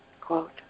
Quote